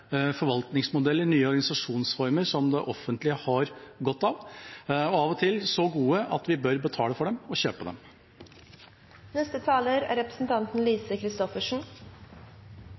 forvaltningsmodeller og organisasjonsformer som det offentlige har godt av – av og til så gode at vi bør betale for dem og kjøpe dem. Det var egentlig bare en liten kommentar til representanten